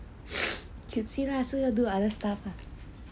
can see lah so you all do other stuff lah